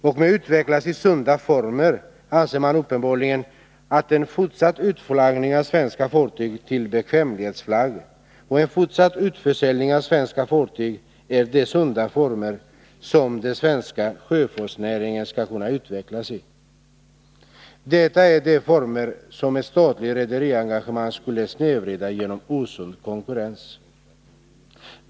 Och man anser uppenbarligen att en fortsatt utflaggning av svenska fartyg till bekvämlighetsflagg och en fortsatt utförsäljning av svenska fartyg är ”de sunda former” som den svenska sjöfartsnäringen skall kunna utvecklas i. Det är de former som ett statligt redarengagemang skulle snedvrida genom osund konkurrens.